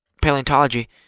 paleontology